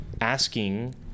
asking